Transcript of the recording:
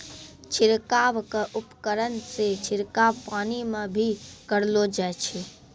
छिड़काव क उपकरण सें छिड़काव पानी म भी करलो जाय छै